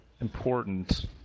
important